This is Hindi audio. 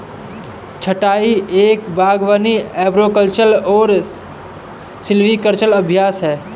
छंटाई एक बागवानी अरबोरिकल्चरल और सिल्वीकल्चरल अभ्यास है